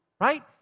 right